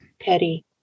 petty